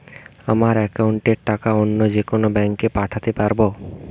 আমার একাউন্টের টাকা অন্য যেকোনো ব্যাঙ্কে পাঠাতে পারব?